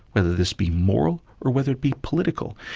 whether this be moral or whether it be political.